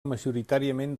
majoritàriament